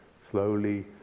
slowly